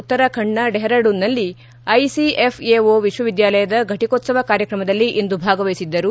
ಉತ್ತರಾಖಂಡ್ನ ಡೆಹ್ರಾಡೂನ್ನಲ್ಲಿ ಐಸಿಎಫ್ಎಓ ವಿಶ್ವವಿದ್ಯಾಲಯದ ಫಟಿಕೋತ್ಸವ ಕಾರ್ಯಕ್ರಮದಲ್ಲಿ ಇಂದು ಭಾಗವಹಿಸಿದ್ದರು